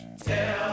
Tell